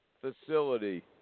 facility